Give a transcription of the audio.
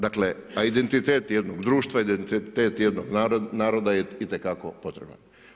Dakle, a identitet jednog društva, identitet jednog naroda je itekako potreban.